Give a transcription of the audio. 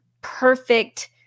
perfect